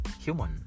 human